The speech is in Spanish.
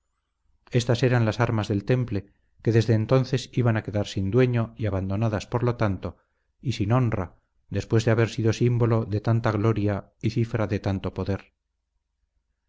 estas eran las armas del temple que desde entonces iban a quedar sin dueño y abandonadas por lo tanto y sin honra después de haber sido símbolo de tanta gloria y cifra de tanto poder